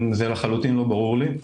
זה לחלוטין לא ברור לי.